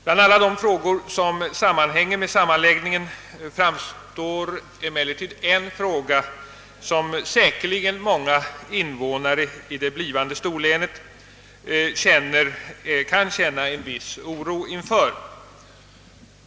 Bland alla de frågor som sammanhänger med sammanläggningen finns en fråga, som många invånare i det blivan de storlänet säkerligen kan känna en viss oro inför.